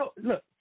Look